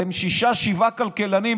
אצלם הם לא מתאימים.